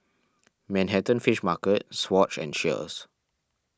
Manhattan Fish Market Swatch and Cheers